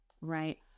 right